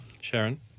Sharon